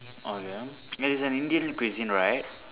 oh ya yes is an Indian cuisine right